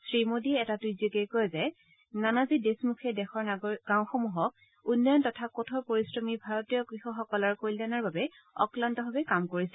শ্ৰী মোদীয়ে এটা টুইটযোগে কয় যে নানাজী দেশমুখে দেশৰ গাঁওসমূহক উন্নয়ন তথা কঠোৰ পৰিশ্ৰমী ভাৰতীয় কৃষকসকলৰ কল্যাণৰ বাবে অক্লান্তভাৱে কাম কৰিছিল